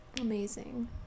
amazing